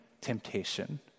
temptation